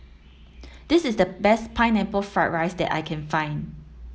this is the best pineapple fried rice that I can find